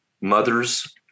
Mothers